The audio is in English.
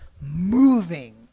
moving